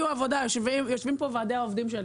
יושבים פה ועדי העובדים שלי.